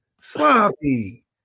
Sloppy